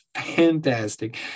fantastic